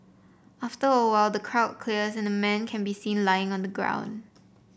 after a while the crowd clears and a man can be seen lying on the ground